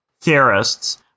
theorists